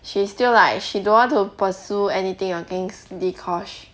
she's still like she don't want to pursue anything against dee-kosh